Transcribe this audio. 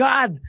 God